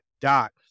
dot